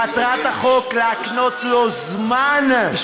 מטרת החוק לקנות לו זמן, זה הכול.